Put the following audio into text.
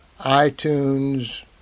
iTunes